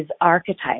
archetypes